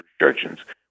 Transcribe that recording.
restrictions